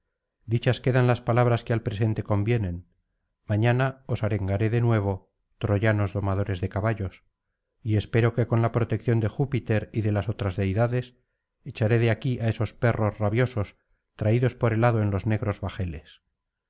dichas quedan las palabras que al presente convienen mañana os arengaré de nuevo troyanos domadores de caballos y espero que con la protección dé júpiter y de las otras deidades echaré de aquí á esos perros rabiosos traídos por el hado en los negros bajeles